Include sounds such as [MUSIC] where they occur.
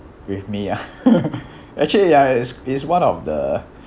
with me ah [LAUGHS] actually ya it is it is one of the